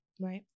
Right